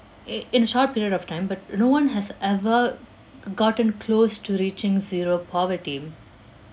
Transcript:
i~ in short period of time but no one has ever gotten close to reaching zero poverty